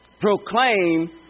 proclaim